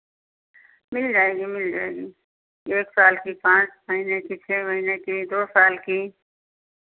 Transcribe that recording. मिल जाएगी मिल जाएगी एक साल की पाँच महीने की छह महीने की दो साल की